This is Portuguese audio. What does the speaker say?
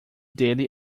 dele